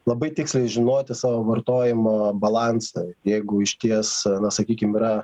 labai tiksliai žinoti savo vartojimo balansą jeigu išties na sakykim yra